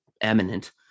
eminent